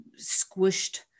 squished